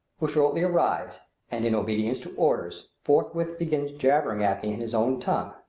who shortly arrives and, in obedience to orders, forthwith begins jabbering at me in his own tongue.